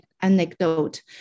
anecdote